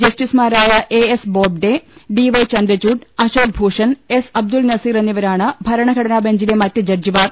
ജസ്റ്റിസുമാരായ A S Bobde D Y Chandrachud Ashok Bhushan S Abdul Nazeer എന്നിവരാണ് ഭരണഘടനാ ബെഞ്ചിലെ മറ്റ് ജഡ്ജിമാർ